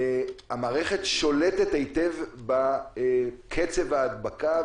המערכת שולטת היטב בקצב ההדבקה,